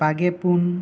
ᱵᱟᱜᱮᱯᱩᱱ